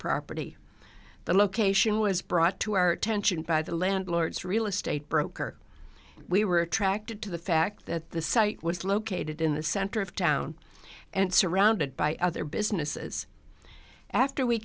property the location was brought to our attention by the landlords real estate broker we were attracted to the fact that the site was located in the center of town and surrounded by other businesses after we